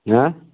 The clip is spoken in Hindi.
हाँ